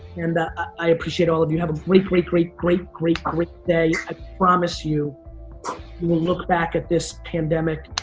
and i appreciate all of you. have a great, great, great, great, great, great day. i promise you, you will look back at this pandemic,